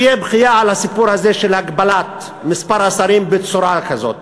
תהיה בכייה על הסיפור הזה של הגבלת מספר השרים בצורה כזאת.